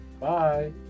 Bye